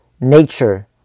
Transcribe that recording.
nature